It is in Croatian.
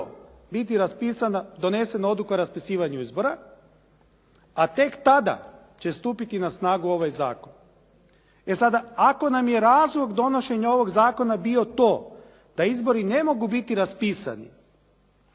donesena odluka o raspisivanju izbora, a tek tada će stupiti na snagu ovaj zakon. E sada, ako nam je razlog donošenja ovog zakona bio to da izbori ne mogu biti raspisani